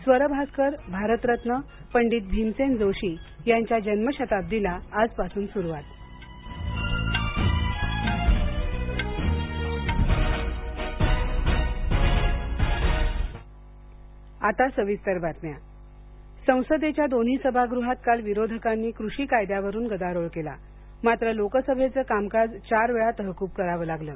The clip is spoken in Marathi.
स्वरभास्कर भारतरत्न पंडित भीमसेन जोशी यांच्या जन्मशताब्दीला आजपासून सुरवात लोकसभा कामकाज तहकुब संसदेच्या दोन्ही सभागृहात काल विरोधकांनी कृषी कायद्यावरून गदारोळ केला मात्र लोकसभेचं कामकाज चार वेळा तहकूब करावं लागलं